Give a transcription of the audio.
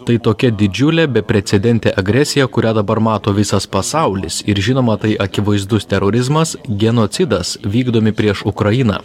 tai tokia didžiulė beprecedentė agresija kurią dabar mato visas pasaulis ir žinoma tai akivaizdus terorizmas genocidas vykdomi prieš ukrainą